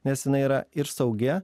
nes jinai yra ir saugi